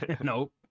Nope